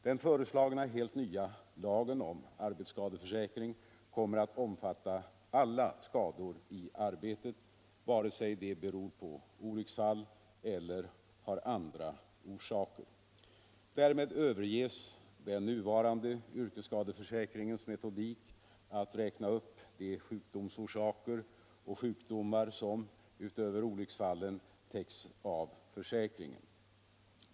Den föreslagna helt nya lagen om arbetsskadeförsäkring kommer att omfatta alla skador i arbetet, vare sig de beror på olycksfall eller har andra orsaker. Därmed överges den nuvarande yrkesskadeförsäkringslagens metodik att räkna upp de sjukdomsorsaker och sjukdomar som — utöver olycksfallen — täcks av försäkringen.